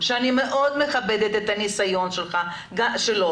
שאני מאוד מכבדת את הניסיון שלו,